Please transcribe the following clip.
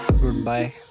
Goodbye